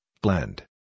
blend